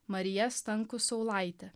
marija stankus saulaitė